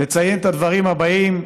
לציין את הדברים הבאים: